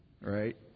Right